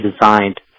designed